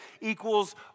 equals